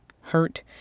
hurt